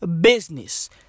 business